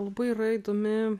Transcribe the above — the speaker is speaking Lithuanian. labai yra įdomi